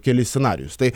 kelis scenarijus tai